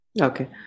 okay